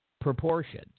proportions